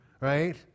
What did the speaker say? right